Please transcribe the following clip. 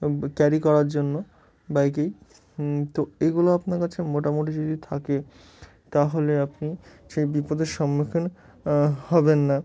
carry করার জন্য বাইকেই তো এগুলো আপনার কাছে মোটামুটি যদি থাকে তাহলে আপনি সেই বিপদের সম্মুখীন হবেন না